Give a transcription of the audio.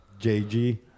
jg